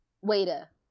waiter